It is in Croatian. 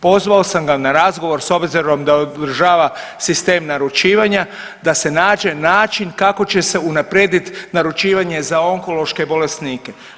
Pozvao sam ga na razgovor s obzirom da održava sistem naručivanja da se nađe način kako će se unaprijedit naručivanje za onkološke bolesnike.